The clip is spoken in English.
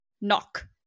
knock